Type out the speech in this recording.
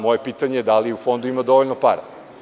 Moje pitanje – da li u fondu ima dovoljno para?